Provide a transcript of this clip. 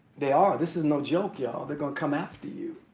they are, this is no joke, y'all. they're going to come after you.